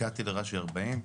הגעתי לרש"י 40,